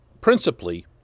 principally